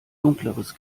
dunkleres